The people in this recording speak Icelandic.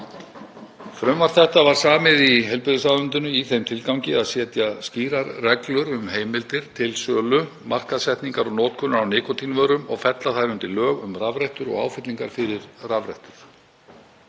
Frumvarp þetta var samið í heilbrigðisráðuneytinu í þeim tilgangi að setja skýrar reglur um heimildir til sölu, markaðssetningar og notkunar á nikótínvörum og fella þær undir lög um rafrettur og áfyllingar fyrir rafrettur.